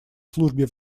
службе